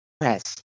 press